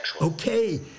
Okay